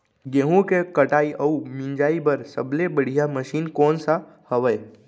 गेहूँ के कटाई अऊ मिंजाई बर सबले बढ़िया मशीन कोन सा हवये?